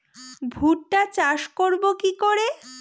ভুট্টা চাষ করব কি করে?